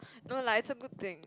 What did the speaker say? no lah it's a good thing